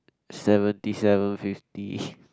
seventy seven fifty